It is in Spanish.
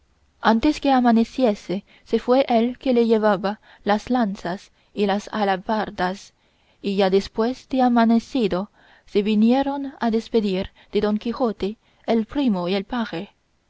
antes que amaneciese se fue el que llevaba las lanzas y las alabardas y ya después de amanecido se vinieron a despedir de don quijote el primo y el paje